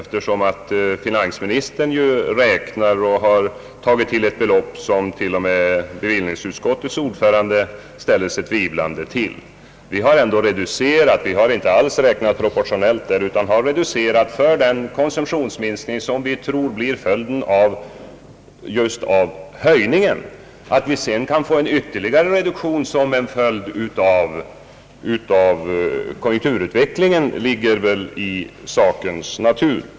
Finansministern har tagit till ett belopp som t.o.m. bevillningsutskottets ordförande ställer sig tvivlande till. Vi har inte alls räknat proportionellt utan vi har reducerat för den konsumtionsminskning som vi tror blir följden just av skattehöjningen. Att vi sedan kan få en ytterligare reduktion som en följd av konjunkturutvecklingen ligger väl i sakens natur.